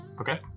Okay